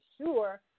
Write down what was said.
sure